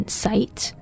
site